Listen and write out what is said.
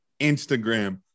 Instagram